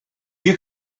you